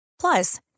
Plus